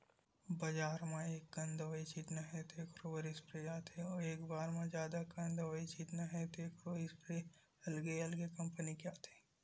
बजार म एककन दवई छितना हे तेखरो बर स्पेयर आथे अउ एके बार म जादा अकन दवई छितना हे तेखरो इस्पेयर अलगे अलगे कंपनी के आथे